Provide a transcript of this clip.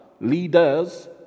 leaders